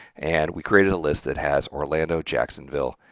and we created a list that has orlando, jacksonville,